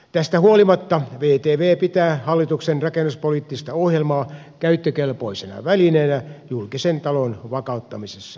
tästä huolimatta vtv pitää hallituksen rakennepoliittista ohjelmaa käyttökelpoisena välineenä julkisen talouden vakauttamisessa